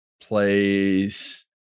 plays